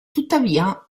tuttavia